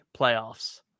playoffs